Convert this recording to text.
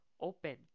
open